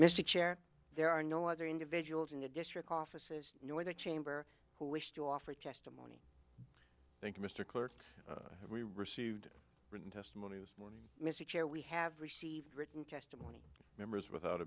mr chair there are no other individuals in the district offices nor their chamber who wish to offer testimony thank you mr clerk we received written testimony this morning mr chair we have received written testimony members without